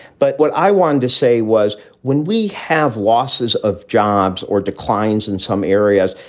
but what i want to say was when we have losses of jobs or declines in some areas,